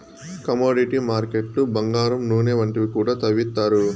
commodity మార్కెట్లు బంగారం నూనె వంటివి కూడా తవ్విత్తారు